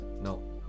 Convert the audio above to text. No